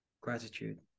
Gratitude